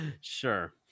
Sure